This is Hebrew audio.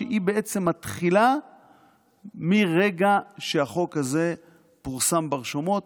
היא בעצם מתחילה מרגע שהחוק הזה פורסם ברשומות,